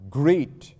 great